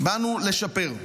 באנו לשפר.